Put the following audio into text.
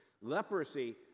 Leprosy